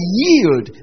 yield